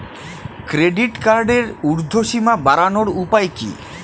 Credit কার্ডের উর্ধ্বসীমা বাড়ানোর উপায় কি?